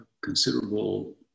considerable